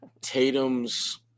Tatum's